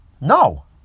No